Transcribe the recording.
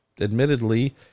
admittedly